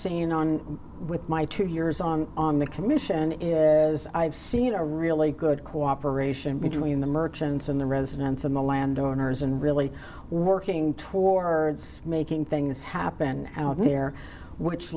seen on with my two years on on the commission is as i've seen a really good cooperation between the merchants and the residents and the landowners and really working towards making things happen out there which